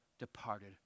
departed